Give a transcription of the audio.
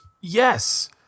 Yes